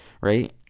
right